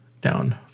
down